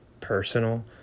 personal